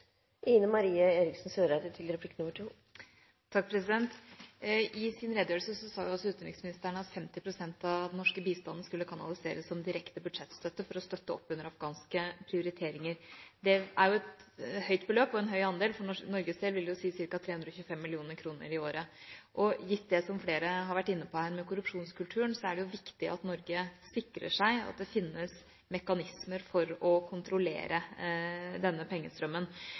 I sin redegjørelse sa utenriksministeren også at 50 pst. av den norske bistanden skulle kanaliseres som direkte budsjettstøtte for å støtte opp under afghanske prioriteringer. Det er et høyt beløp og en høy andel. For Norges del vil det si ca. 325 mill. kr i året. Gitt det som flere har vært inne på her, korrupsjonskulturen, er det viktig at Norge sikrer seg at det finnes mekanismer for å kontrollere denne pengestrømmen.